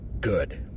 Good